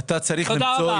תודה רבה.